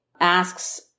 asks